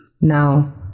Now